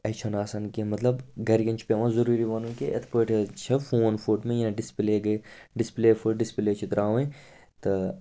A چھِ نہٕ آسان کیٚنٛہہ مطلب گَرِکٮ۪ن چھُ پٮ۪وان ضروٗری وَنُن کہِ یِتھٕ پٲٹھۍ حظ چھِ فون فُٹ مےٚ یا ڈِسپٕلے گٔے ڈِسپٕلے فُٹ ڈِسپٕلے چھِ ترٛاوٕنۍ تہٕ